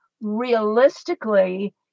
realistically